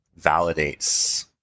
validates